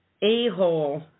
a-hole